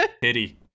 pity